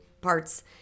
parts